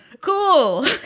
Cool